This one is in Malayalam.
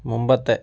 മുൻപത്തെ